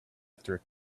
after